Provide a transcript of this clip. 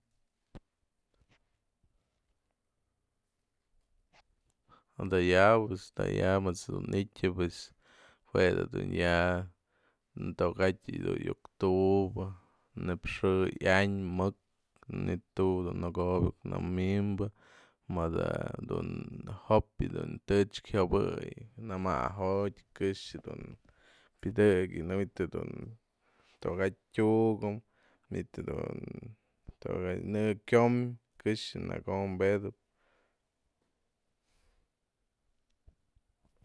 da'a yabë dayabë më ejt's dun ityë pue jue du ya'a toka'atyë du'uk tu'ubä në'ëx xë ia'an mëk, mi'id tu'u nëko'obä iuk nëmi'imba, mëdë dun jo'opy dun tëxkë jiopëy nëma'ajoty këxë dun piadëkë mënët du togatyë tu'uko'ombë manit dun në kyom këxë nyakobetÿ.